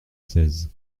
seize